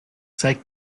zeige